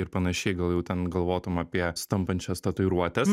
ir panašiai gal jau ten galvotum apie sutampančias tatuiruotes